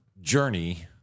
journey